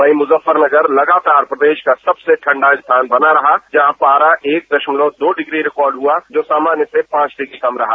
वहीं मुज्जफरनगर लगातार प्रदेश का सबसे ठंडा स्थान बना रहा जहां पारा एक दशमलव दो डिग्री रिकॉर्ड हुआ जो सामान्य से पांच डिग्री कम रहा